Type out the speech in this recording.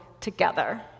together